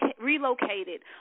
relocated